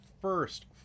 first